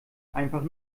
einfach